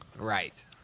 Right